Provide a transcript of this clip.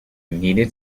needed